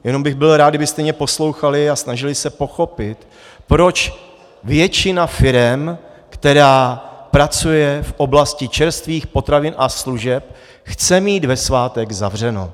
Jenom bych byl rád, kdybyste mě poslouchali a snažili se pochopit, proč většina firem, která pracuje v oblasti čerstvých potravin a služeb, chce mít ve svátek zavřeno.